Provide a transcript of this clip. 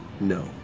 No